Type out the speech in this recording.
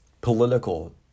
political